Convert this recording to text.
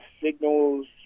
signals